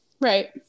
Right